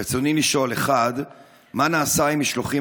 רצוני לשאול: 1. מה נעשה עם משלוחים